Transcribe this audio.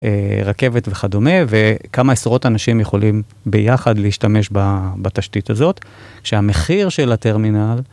אה.. רכבת וכדומה וכמה עשרות אנשים יכולים ביחד להשתמש ב.. בתשתית הזאת שהמחיר של הטרמינל